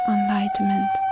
Enlightenment